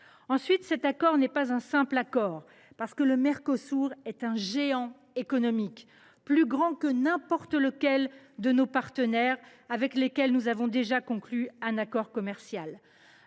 Ensuite, cet accord n’est pas un simple accord de plus, parce que le Mercosur est un géant économique, plus grand que n’importe lequel des partenaires avec lesquels nous avons déjà conclu un accord commercial.